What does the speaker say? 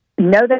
No